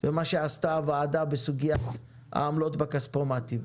ומה שעשתה הוועדה בסוגיית העמלות בכספומטים.